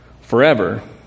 forever